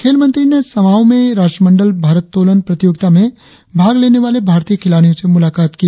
खेलमंत्री ने सामाओ में राष्ट्रमंडल भारत्तोलन प्रतियोगिता में भाग लेने वाले भारतीय खिलाड़ियों से मुलाकात की